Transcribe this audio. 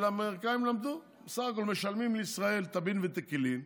והאמריקאים למדו שבסך הכול משלמים לישראל טבין ותקילין,